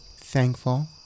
Thankful